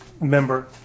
member